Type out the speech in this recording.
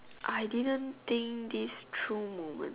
I didn't think this true moment